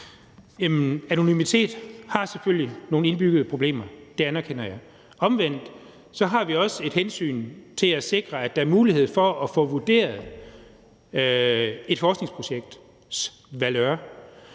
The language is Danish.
Anomymitet har selvfølgelig nogle indbyggede problemer. Det anerkender jeg. Omvendt har vi også et hensyn til at sikre, at der er mulighed for at få vurderet et forskningsprojekts valør.